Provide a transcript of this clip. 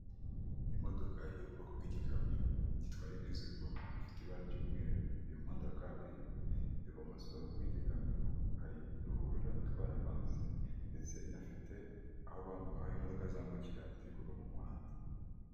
Aha ndahabona ibintu bigiye bitandukanye aho ndimo kubona abantu bagiye batandukanye, imodoka ndetse ndikubona moto zigiye zitandukanye, kandi nkaba ndimo ndabona na rifani zigiye zitandukanye, ndetse kandi nkaba ndimo kuhabona n'umuhanda wa kaburimbo.